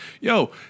yo